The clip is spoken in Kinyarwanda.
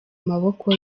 maboko